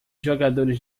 jogadores